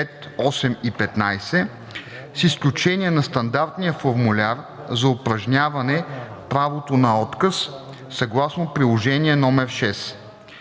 с изключение на стандартния формуляр за упражняване правото на отказ съгласно приложение № 6.